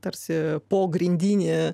tarsi pogrindinį